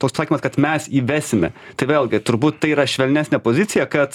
toks pasakymas kad mes įvesime tai vėlgi turbūt tai yra švelnesnė pozicija kad